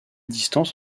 distance